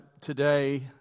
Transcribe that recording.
today